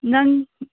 ꯅꯪ